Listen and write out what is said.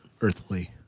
earthly